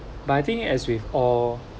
but I think as with all